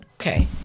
Okay